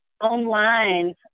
online